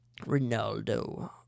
Ronaldo